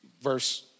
verse